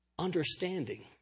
understanding